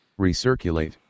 recirculate